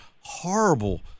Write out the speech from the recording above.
horrible